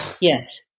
Yes